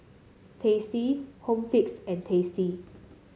Tasty Home Fix and Tasty